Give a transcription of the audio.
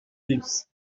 éclipse